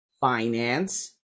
Finance